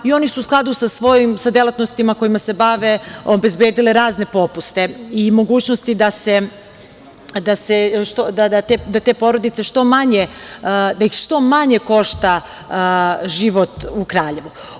Oni su u skladu sa svojim delatnostima kojima se bave obezbedile razne popuste i mogućnosti da te porodice što manje košta život u Kraljevu.